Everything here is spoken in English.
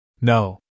No